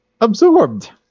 absorbed